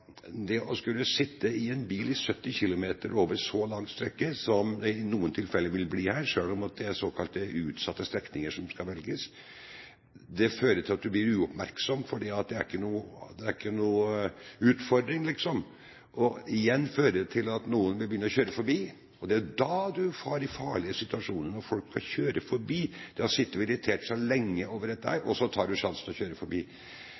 det å skulle sitte i en bil og kjøre i 70 km/t over en så lang strekning, som det i noen tilfeller vil bli her – selv om det er såkalte utsatte strekninger som skal velges – fører til at du blir uoppmerksom fordi det ikke er noen utfordring, liksom. Det vil igjen føre til at noen vil begynne å kjøre forbi, og det er jo da du får de farlige situasjonene; de har sittet og irritert seg lenge over dette, og så tar de sjansen på å kjøre forbi.